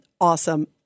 awesome